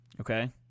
okay